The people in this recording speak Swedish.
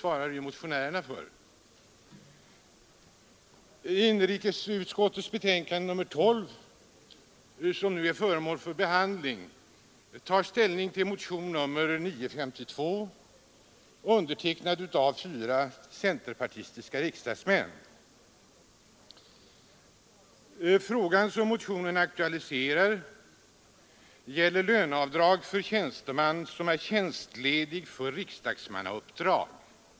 I inrikesutskottets betänkande nr 12, som nu är föremål för behandling, tar utskottet ställning till motionen 952, undertecknad av fyra centerpartistiska riksdagsmän. Den fråga som aktualiseras i motionen gäller löneavdrag för statstjänsteman som är tjänstledig för riksdagsmannauppdrag.